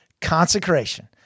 Consecration